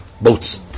boats